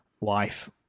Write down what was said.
wife